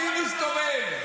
אני מסתובב.